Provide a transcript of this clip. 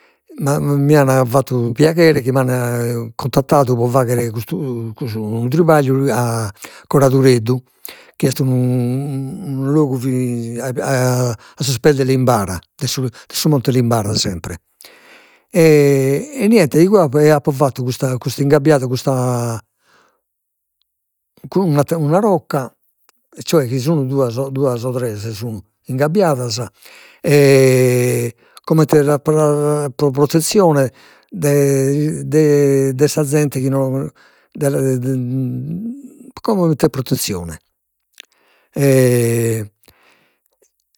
Ma mi an fattu piaghere chi m'an cuntattadu pro faghere custu custu unu tripagliu a Curadoreddu, chi est unu logu a sos pes de Limbara, de su monte Limbara sempre, e niente, igue e apo fattu custa custu, ingabbiadu custa, cun un atter'una rocca, cioè chi sun duas o tres sun, ingabbiadas comente pro protezione de de de sa zente chi no, de comente protezione e